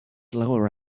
lower